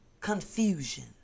Confusion